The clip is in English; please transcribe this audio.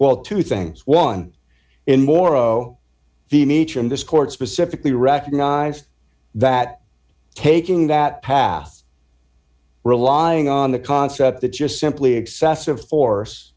well two things one in morro the nature of this court specifically recognized that taking that path relying on the concept that just simply excessive force